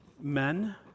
Men